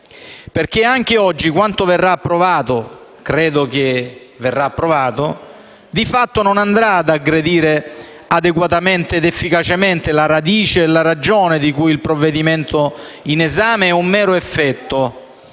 Infatti anche oggi quanto verrà approvato - perché credo verrà approvato - di fatto non andrà ad aggredire adeguatamente ed efficacemente la radice e la ragione di cui il provvedimento in esame è un mero effetto